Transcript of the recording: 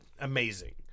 amazing